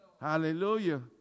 Hallelujah